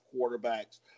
quarterbacks